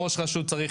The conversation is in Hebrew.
נעשה